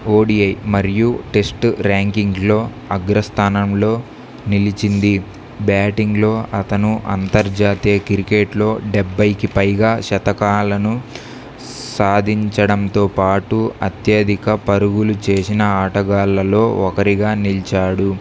oh D I మరియు test ర్యాంకింగ్లో అగ్రస్థానంలో నిలిచింది బ్యాటింగ్లో అతను అంతర్జాతీయ క్రికెట్లో డెబ్బైకి పైగా శతకాలను సాధించడంతో పాటు అత్యధిక పరుగులు చేసిన ఆటగాళ్లలో ఒకరిగా నిలిచాడు